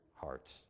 hearts